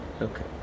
Okay